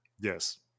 Yes